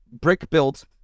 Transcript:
brick-built